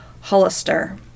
Hollister